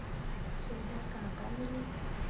सुविधा का का मिली?